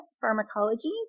pharmacology